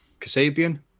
Kasabian